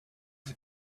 for